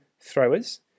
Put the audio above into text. throwers